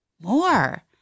more